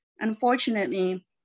unfortunately